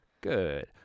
Good